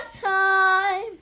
time